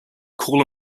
call